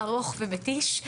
ארוך ומתיש.